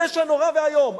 פשע נורא ואיום,